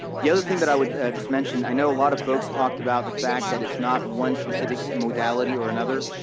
the other thing that i would just mention. i know a lot of folks talked about the fact that it's not one specific modality or another.